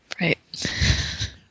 right